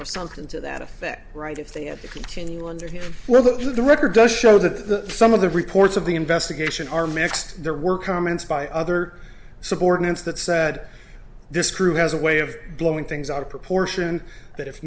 or something to that effect right if they had to continue on their look at the record does show that the some of the reports of the investigation are mixed there were comments by other subordinates that said this crew has a way of blowing things out of proportion that if